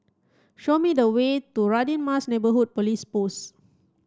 show me the way to Radin Mas Neighbourhood Police Post